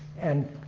and